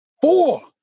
Four